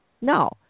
No